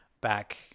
back